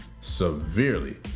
Severely